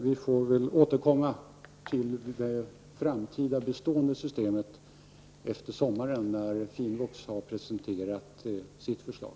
Vi får återkomma till det framtida, bestående systemet efter sommaren, då finvux har presenterat sitt förslag.